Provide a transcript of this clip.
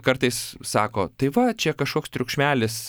kartais sako tai va čia kažkoks triukšmelis